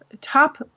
top